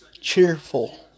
cheerful